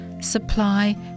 supply